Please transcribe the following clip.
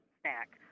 snack